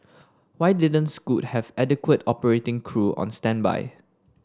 why didn't Scoot have adequate operating crew on standby